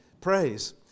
praise